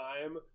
time